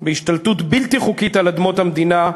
בהשתלטות בלתי חוקית על אדמות המדינה.